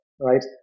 right